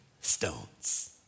stones